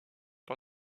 par